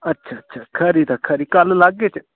अच्छा अच्छा खरी तां खरी कल्ल लागे च